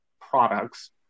products